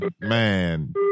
man